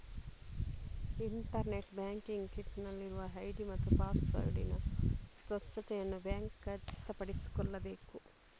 internet banking kit ನಲ್ಲಿರುವ ID ಮತ್ತು ಪಾಸ್ವರ್ಡಿನ ಸ್ಪಷ್ಟತೆಯನ್ನು ಬ್ಯಾಂಕ್ ಖಚಿತಪಡಿಸಿಕೊಳ್ಳಬೇಕು